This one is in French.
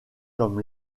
comme